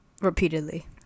repeatedly